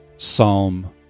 Psalm